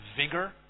vigor